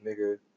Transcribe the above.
nigga